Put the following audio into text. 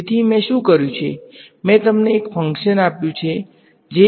તેથી મેં શું કર્યું છે મેં તમને એક ફંક્શન આપ્યું છે જે N 1 ઓર્ડરનું છે